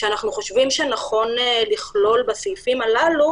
שאנחנו חושבים שנכון לכלול בסעיפים הללו